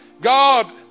God